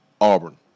Auburn